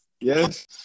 Yes